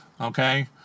okay